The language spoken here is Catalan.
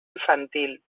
infantil